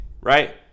right